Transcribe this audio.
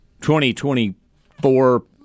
2024